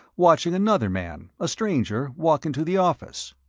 watching another man, a stranger, walk into the office.